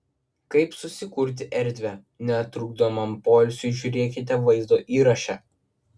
kaip susikurti erdvę netrukdomam poilsiui žiūrėkite vaizdo įraše